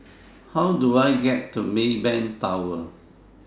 How Do I get to Maybank Tower